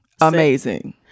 amazing